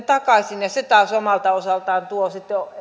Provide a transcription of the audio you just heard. takaisin ja se taas omalta osaltaan tuo sitten